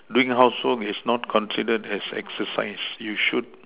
doing housework is not considered as exercise you should